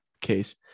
case